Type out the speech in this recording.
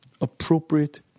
appropriate